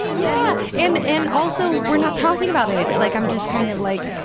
yeah! and, and, also, we're not talking about anything. like i'm just kind of like,